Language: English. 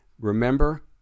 Remember